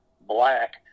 black